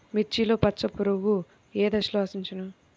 మిర్చిలో పచ్చ పురుగు ఏ దశలో ఆశించును?